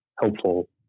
helpful